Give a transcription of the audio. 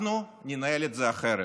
אנחנו ננהל את זה אחרת.